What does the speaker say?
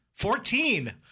Fourteen